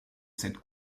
cette